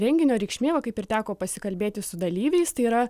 renginio reikšmė va kaip ir teko pasikalbėti su dalyviais tai yra